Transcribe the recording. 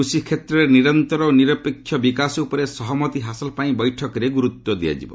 କୃଷି କ୍ଷେତ୍ରରେ 'ନିରନ୍ତର' ଓ 'ନିରପେକ୍ଷ' ବିକାଶ ଉପରେ ସହମତି ହାସଲ ପାଇଁ ବୈଠକରେ ଗୁରୁତ୍ୱ ଦିଆଯିବ